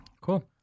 Cool